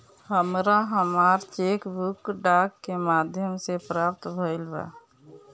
हमरा हमर cheque book डाक के माध्यम से प्राप्त भईल बा